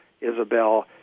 Isabel